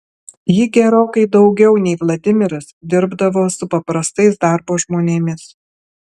ji gerokai daugiau nei vladimiras dirbdavo su paprastais darbo žmonėmis